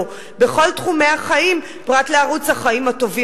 בכל תחומי החיים פרט לערוץ החיים הטובים.